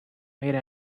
made